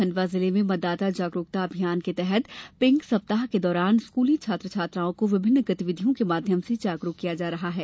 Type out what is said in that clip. खंडवा जिले में मतदाता जागरूकता अभियान के अतंगर्त पिंक सप्ताह के दौरान स्कूली छात्र छात्राओं को विभिन्न गतिविधियों के माध्यम से जागरूक किया जा रहा है